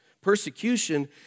Persecution